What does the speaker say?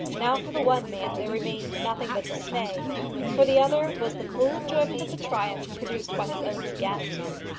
now for the one man there remained nothing but dismay for the other was the full enjoyment of the triumph produced by his own sagacity.